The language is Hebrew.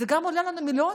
זה גם עולה לנו מיליונים.